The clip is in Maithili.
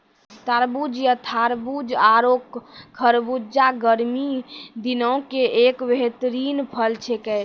तरबूज या तारबूज आरो खरबूजा गर्मी दिनों के एक बेहतरीन फल छेकै